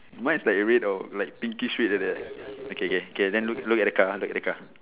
mine is like red or like pinkish red like that okay okay okay then look look at the car look at the car